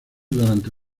durante